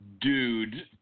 Dude